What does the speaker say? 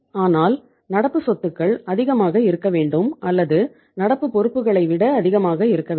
ஆனால் நடப்பு சொத்துக்கள் அதிகமாக இருக்க வேண்டும் அல்லது நடப்பு பொறுப்புகளை விட அதிகமாக இருக்க வேண்டும்